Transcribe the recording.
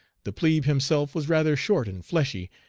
the plebe himself was rather short and fleshy,